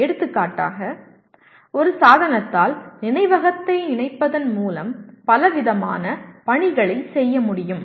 எடுத்துக்காட்டாக ஒரு சாதனத்தால் நினைவகத்தை இணைப்பதன் மூலம் பலவிதமான பணிகளைச் செய்ய முடியும்